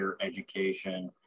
education